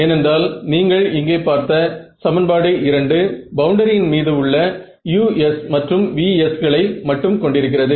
ஏனென்றால் நீங்கள் இங்கே பார்த்த சமன்பாடு 2 பவுண்டரியின் மீது உள்ள u's மற்றும் v's களை மட்டும் கொண்டிருக்கிறது